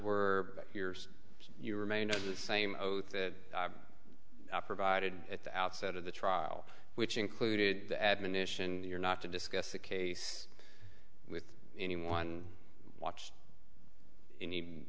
were yours you remain the same oath that i provided at the outset of the trial which included the admonition that you're not to discuss the case with anyone watched any